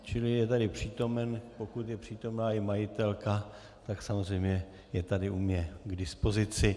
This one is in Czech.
Čili je tady přítomen, pokud je přítomna i majitelka, tak samozřejmě je tady u mne k dispozici.